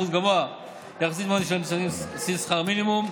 גבוה יחסית מהעובדים שלהן שמשתכרים סביב שכר המינימום.